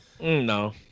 No